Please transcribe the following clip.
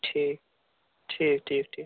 ٹھیٖک ٹھیٖک ٹھیٖک ٹھیٖک